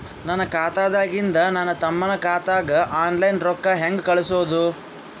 ನನ್ನ ಖಾತಾದಾಗಿಂದ ನನ್ನ ತಮ್ಮನ ಖಾತಾಗ ಆನ್ಲೈನ್ ರೊಕ್ಕ ಹೇಂಗ ಕಳಸೋದು?